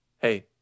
Hey